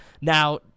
now